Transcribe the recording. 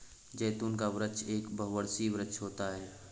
जैतून का वृक्ष एक बहुवर्षीय वृक्ष होता है